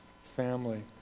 family